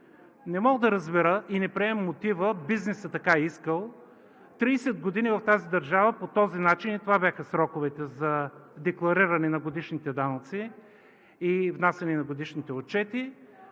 Не мога да разбера и не приемам мотива – бизнесът така искал. Тридесет години в тази държава по този начин – това бяха сроковете за деклариране на годишните данъци и внасяне на годишните отчети